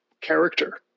character